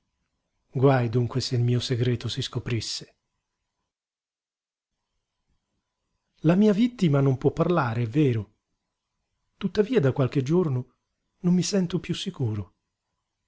guaj dunque se il mio segreto si scoprisse la mia vittima non può parlare è vero tuttavia da qualche giorno non mi sento piú sicuro